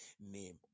name